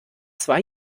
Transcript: zwei